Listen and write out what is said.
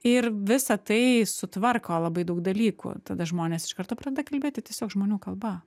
ir visa tai sutvarko labai daug dalykų tada žmonės iš karto pradeda kalbėti tiesiog žmonių kalba